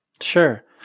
Sure